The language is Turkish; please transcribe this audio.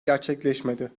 gerçekleşmedi